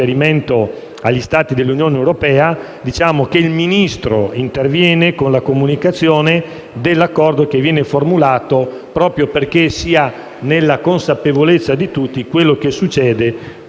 agli Stati dell'Unione europea, il Ministro interviene con la comunicazione dell'accordo formulato, proprio perché sia nella consapevolezza di tutti quanto succede